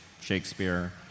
Shakespeare